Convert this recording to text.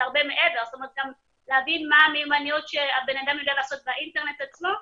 זה גם להבין מה המיומנויות שבן אדם יודע לעשות באינטרנט עצמו.